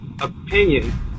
opinion